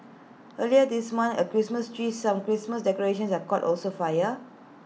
earlier this month A Christmas tree some Christmas decorations that caught also fire